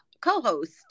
co-host